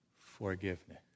forgiveness